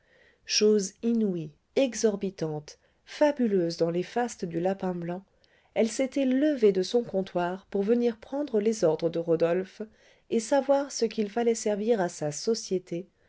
chose inouïe exorbitante fabuleuse dans les fastes du lapin blanc elle s'était levée de son comptoir pour venir prendre les ordres de rodolphe et savoir ce qu'il fallait servir à sa société